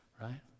right